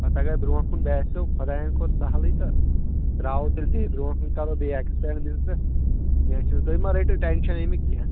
نَتہٕ اگر بروٗنٛہہ کُن باسیو خۄداین کوٚر سہلٕے تہٕ ترٛاوو تیٚلہِ بیٚیہِ بروٗنٛٹھ کُن کرو بیٚیہِ ایٚکٕسپینڈ بِزنٮ۪س کیٚنٛہہ چھُنہٕ تُہۍ مہ رٔٹِو ٹٮ۪نشن امیُک کیٚنٛہہ